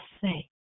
say